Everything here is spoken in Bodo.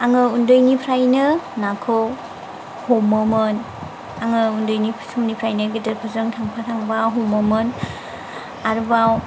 आङो उन्दैनिफ्रायनो नाखौ हमोमोन आङो उन्दैनि समनिफ्रायनो गिदिरफोरजों थांफा थांफा हमोमोन आरोबाव